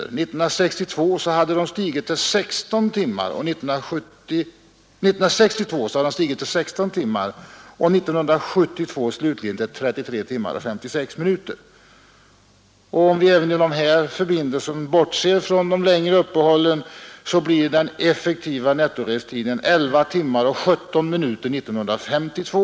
År 1962 hade den stigit till 16 timmar och 1972 slutligen till 33 timmar och 56 minuter. Om vi även beträffande denna förbindelse bortser från de längre uppehållen så blir den effektiva nettorestiden 11 timmar och 17 minuter 1952.